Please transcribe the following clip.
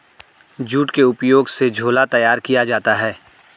jute के उपयोग से झोला तैयार किया जाता है